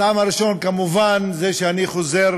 הטעם הראשון כמובן הוא שאני חוזר